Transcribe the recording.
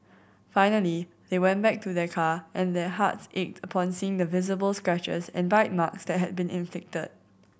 finally they went back to their car and their hearts ached upon seeing the visible scratches and bite marks that had been inflicted